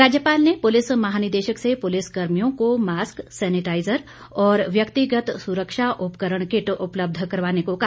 राज्यपाल ने पुलिस महानिदेशक से पुलिस कर्मियों को मास्क सैनिटाईजर और व्यक्तिगत सुरक्षा उपकरण किट उपलब्ध करवाने को कहा